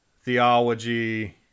theology